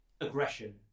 aggression